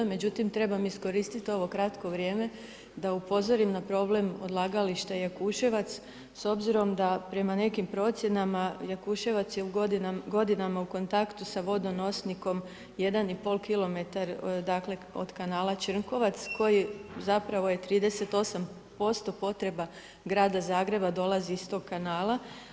Međutim, trebam iskoristiti ovo kratko vrijeme da upozorim na problem odlagališta Jakuševac s obzirom da prema nekim procjenama Jakuševac je godinama u kontaktu sa vodo nosnikom jedan i pol kilometar, dakle, od kanala Črnkovac koji zapravo je 38% potreba Grada Zagreba dolazi iz toga kanala.